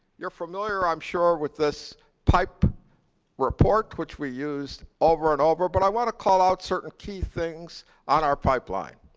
you're familiar, i'm sure, with this pipe report which we use over and over but i want to call out certain key things on the pipeline.